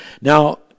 now